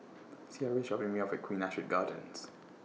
Ciera IS dropping Me off At Queen Astrid Gardens